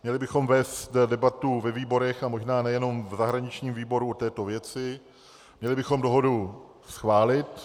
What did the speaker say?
Měli bychom vést debatu ve výborech, a možná nejenom v zahraničním výboru, o této věci, měli bychom dohodu schválit.